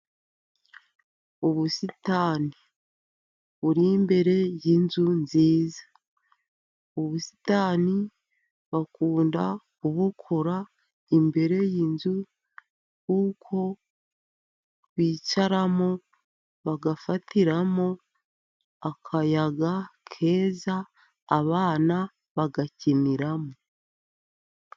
Ubusitani buri imbere y'inzu nziza, ubusitani bakunda kubukora imbere y'inzu, kuko bicaramo bagafatiramo akayaga keza abana bagakiniramo.